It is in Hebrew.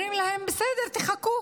אומרים להם: בסדר, תחכו